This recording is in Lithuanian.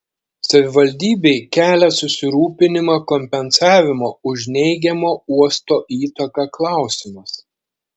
savivaldybei kelia susirūpinimą kompensavimo už neigiamą uosto įtaką klausimas